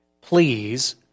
please